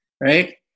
right